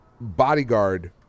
bodyguard